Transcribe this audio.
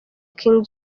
king